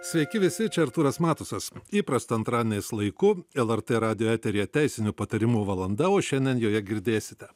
sveiki visi čia artūras matusas įprastu antradieniais lauku lrt radijo eteryje teisinių patarimų valanda o šiandien joje girdėsite